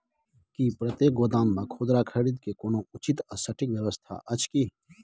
की प्रतेक गोदाम मे खुदरा खरीद के कोनो उचित आ सटिक व्यवस्था अछि की?